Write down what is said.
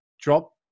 drop